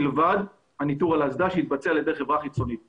מלבד הניטור על האסדה שמתבצע על ידי חברה חיצונית.